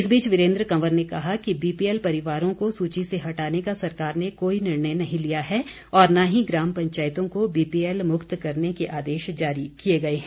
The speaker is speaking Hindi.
इस बीच वीरेन्द्र कंवर ने कहा है कि बीपीएल परिवारों को सूची से हटाने का सरकार ने कोई निर्णय नहीं लिया है और न ही ग्राम पंचायतों को बीपीएल मुक्त करने के आदेश जारी किए गए हैं